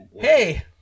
Hey